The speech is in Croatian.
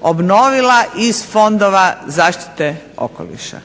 obnovila iz fondova zaštite okoliša.